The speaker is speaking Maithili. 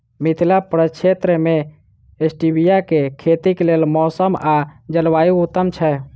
मिथिला प्रक्षेत्र मे स्टीबिया केँ खेतीक लेल मौसम आ जलवायु उत्तम छै?